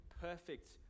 perfect